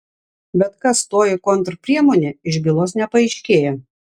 bet kas toji kontrpriemonė iš bylos nepaaiškėja